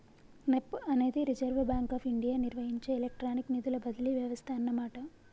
NEFT అనేది reserve bank of India నిర్వహించే electronic నిధుల బదిలీ వ్యవస్థ అన్నమాట